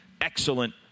excellent